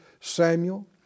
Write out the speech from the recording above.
Samuel